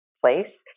place